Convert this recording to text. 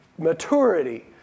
maturity